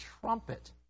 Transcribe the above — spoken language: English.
trumpet